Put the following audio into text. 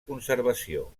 conservació